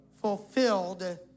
fulfilled